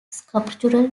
sculptural